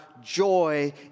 joy